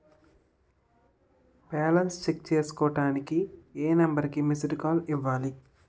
Balance check చేసుకోవటానికి ఏ number కి మిస్డ్ కాల్ ఇవ్వాలి?